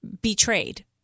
betrayed